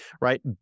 right